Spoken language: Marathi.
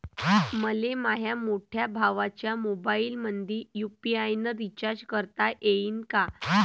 मले माह्या मोठ्या भावाच्या मोबाईलमंदी यू.पी.आय न रिचार्ज करता येईन का?